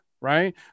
right